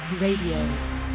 Radio